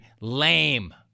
Lame